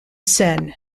seine